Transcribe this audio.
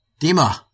Dima